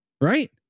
right